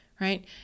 right